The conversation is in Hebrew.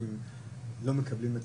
מקבלים את